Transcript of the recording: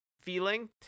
feeling